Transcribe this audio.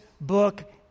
book